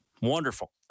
wonderful